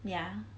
ya